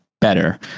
better